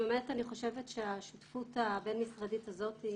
באמת אני חושבת שהשותפות הבין-משרדית הזאת,